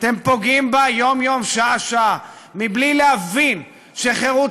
אתם פוגעים בה יום-יום שעה-שעה בלי להבין שחירות